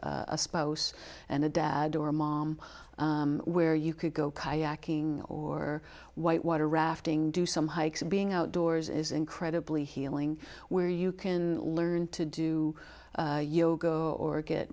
a spouse and a dad or mom where you could go kayaking or white water rafting do some hikes being outdoors is incredibly healing where you can learn to do yoga or get